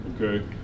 okay